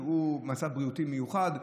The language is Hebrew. שהוא מצב בריאותי מיוחד,